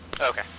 Okay